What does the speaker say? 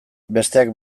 besteak